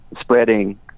spreading